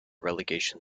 relegation